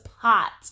pot